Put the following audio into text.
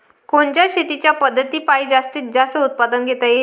कोनच्या शेतीच्या पद्धतीपायी जास्तीत जास्त उत्पादन घेता येईल?